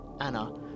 Anna